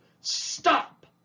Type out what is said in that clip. Stop